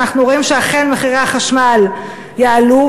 ואנחנו רואים שאכן מחירי החשמל יעלו.